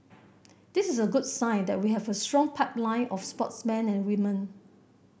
this is a good sign that we have a strong pipeline of sportsmen and women